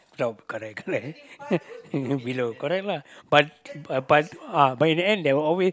no correct correct below correct lah but but uh in the end they are always